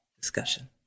discussion